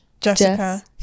jessica